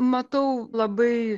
matau labai